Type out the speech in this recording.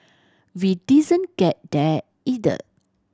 we didn't get that either